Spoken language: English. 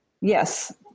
yes